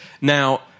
Now